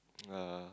yeah